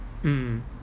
mm